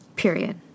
Period